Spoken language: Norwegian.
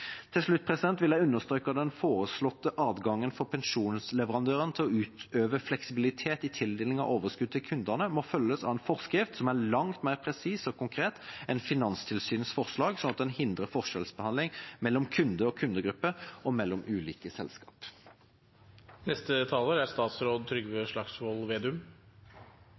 Til slutt vil jeg understreke at den foreslåtte adgangen for pensjonsleverandøren til å utøve fleksibilitet i tildelingen av overskudd til kundene må følges av en forskrift som er langt mer presis og konkret enn Finanstilsynets forslag, slik at man hindrer forskjellsbehandling mellom kunder og kundegrupper og mellom ulike